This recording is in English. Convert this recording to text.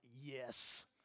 yes